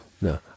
no